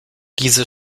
diese